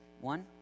One